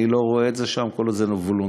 אני לא רואה את זה שם כל עוד זה וולונטרי,